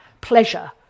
pleasure